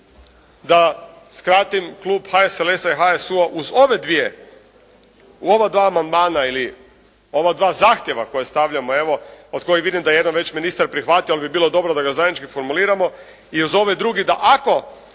Da skratim, Klub HSLS-a i HSU-a uz ove dvije, u ova dva amandmana ili ova dva zahtjeva koje stavljamo evo, od kojih vidim da je jedan već ministar prihvatio ali bi bilo dobro da ga zajednički formuliramo i uz ovaj drugi da ako